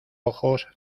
ojos